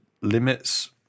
limits